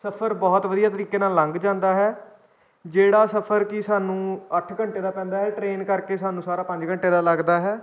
ਸਫ਼ਰ ਬਹੁਤ ਵਧੀਆ ਤਰੀਕੇ ਨਾਲ ਲੰਘ ਜਾਂਦਾ ਹੈ ਜਿਹੜਾ ਸਫ਼ਰ ਕਿ ਸਾਨੂੰ ਅੱਠ ਘੰਟੇ ਦਾ ਪੈਂਦਾ ਹੈ ਟ੍ਰੇਨ ਕਰਕੇ ਸਾਨੂੰ ਸਾਰਾ ਪੰਜ ਘੰਟੇ ਦਾ ਲੱਗਦਾ ਹੈ